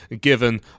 given